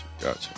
Gotcha